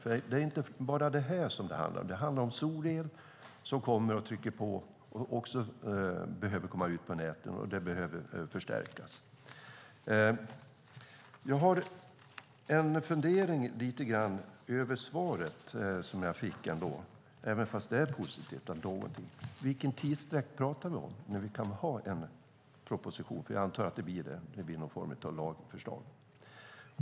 Det handlar ju inte bara om det här; det handlar om solel som kommer och trycker på och behöver komma ut på näten och förstärkas. Jag har ett par funderingar kring det svar jag fick, även om det var positivt. Vilken tidsutdräkt pratar vi om? När kan vi ha en proposition? Jag antar alltså att det blir någon form av lagförslag.